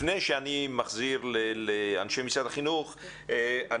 לפני שאני עובר למשרד החינוך,